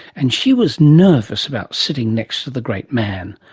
and she was nervous about sitting next to the great man.